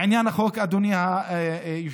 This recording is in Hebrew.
לעניין החוק, אדוני היושב-ראש,